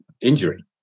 injury